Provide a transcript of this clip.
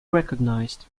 recognised